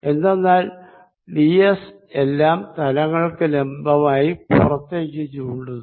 എന്തെന്നാൽ D S എല്ലാം തലങ്ങൾക്ക് പെർപെൻഡികുലറായി പുറത്തേക്ക് ചൂണ്ടുന്നു